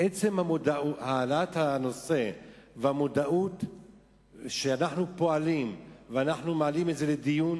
עצם העלאת הנושא והמודעות שאנחנו פועלים ואנחנו מעלים את זה לדיון,